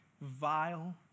vile